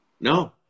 No